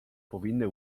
powinny